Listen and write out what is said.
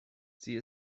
sie